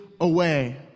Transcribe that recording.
away